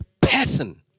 person